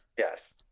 Yes